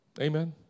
Amen